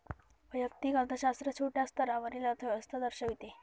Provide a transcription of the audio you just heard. वैयक्तिक अर्थशास्त्र छोट्या स्तरावरील अर्थव्यवस्था दर्शविते